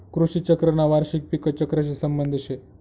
कृषी चक्रना वार्षिक पिक चक्रशी संबंध शे